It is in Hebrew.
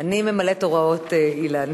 אני ממלאת הוראות, אילן.